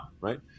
right